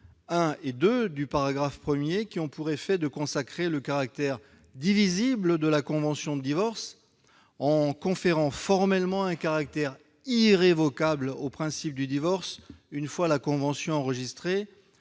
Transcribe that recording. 1° et 2° du paragraphe I, qui ont pour effet de consacrer le caractère divisible de la convention de divorce en conférant formellement un caractère irrévocable au principe du divorce une fois la convention enregistrée,